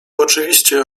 oczywiście